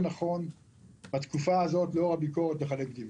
נכון בתקופה הזאת לאור הביקורת לחלק דיבידנד.